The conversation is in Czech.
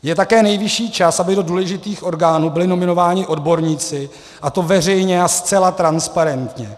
Je také nejvyšší čas, aby do důležitých orgánů byli nominováni odborníci, a to veřejně a zcela transparentně.